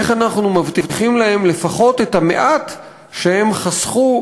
איך אנחנו מבטיחים להם לפחות את המעט שהם חסכו